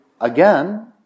again